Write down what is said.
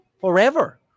forever